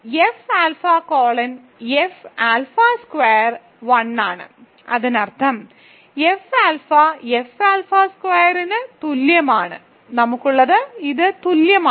F alpha colon F alpha square 1 ആണ് അതിനർത്ഥം F alpha F alpha സ്ക്വയറിന് തുല്യമാണ് നമുക്കുള്ളത് ഇത് തുല്യമാണ്